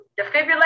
defibrillator